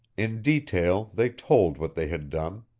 in detail they told what they had done.